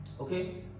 okay